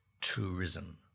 tourism